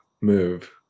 move